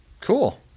Cool